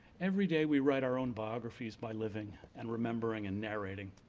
every day we write our own biographies by living, and remembering, and narrating.